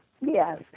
Yes